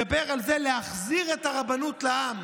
מדבר על החזרת הרבנות לעם,